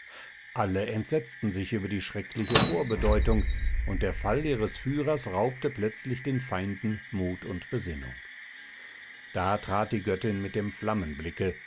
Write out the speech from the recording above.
alle entsetzten sich über die schreckliche vorbedeutung und der fall ihres führers raubte plötzlich den feinden mut und besinnung da trat die göttin mit dem